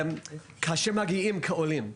כאשר מגיעים כעולים,